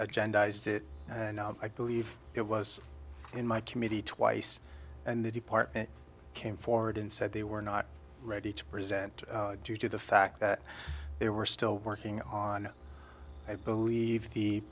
agenda is to and i believe it was in my committee twice and the department came forward and said they were not ready to present due to the fact that they were still working on i believe the